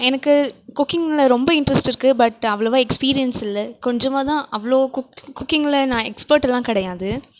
எனக்கு குக்கிங்கில் ரொம்ப இன்ட்ரெஸ்ட் இருக்கு பட் அவ்வளவாக எக்ஸ்பீரியன்ஸ் இல்லை கொஞ்சமாகதான் அவ்வளோ குக் குக்கீங்கில் நான் எக்ஸ்பர்ட் எல்லாம் கிடையாது